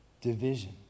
division